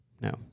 No